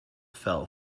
fell